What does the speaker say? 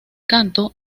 canto